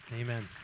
amen